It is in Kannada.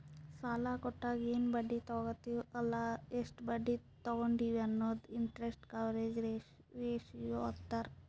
ಸಾಲಾ ಕೊಟ್ಟಾಗ ಎನ್ ಬಡ್ಡಿ ತಗೋತ್ತಿವ್ ಅಲ್ಲ ಎಷ್ಟ ಬಡ್ಡಿ ತಗೊಂಡಿವಿ ಅನ್ನದೆ ಇಂಟರೆಸ್ಟ್ ಕವರೇಜ್ ರೇಶಿಯೋ ಅಂತಾರ್